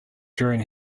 during